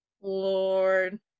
Lord